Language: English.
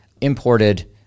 imported